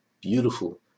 beautiful